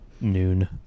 noon